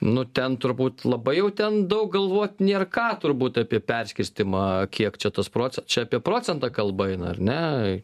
nu ten turbūt labai jau ten daug galvot nėr ką turbūt apie perskirstymą kiek čia tos proc čia apie procentą kalba eina ar ne